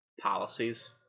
policies